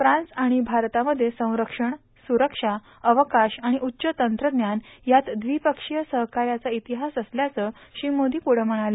France आणि भारतामध्ये संरक्षण सुरक्षा अवकाश आणि उच्च तंत्रज्ञान यात द्विपक्षीय सहकार्याचा इतिहास असल्याचं श्री मोदी पुढं म्हणाले